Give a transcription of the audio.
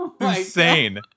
Insane